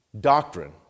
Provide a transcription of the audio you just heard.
doctrine